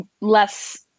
less